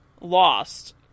lost